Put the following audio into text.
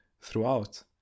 throughout